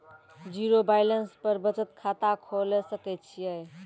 Zero balance पर बचत खाता खोले सकय छियै?